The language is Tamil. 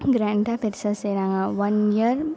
கிராண்டாக பெருசாக செய்கிறாங்க ஒன் இயர்